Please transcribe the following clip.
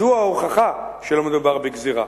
זו ההוכחה שלא מדובר בגזירה,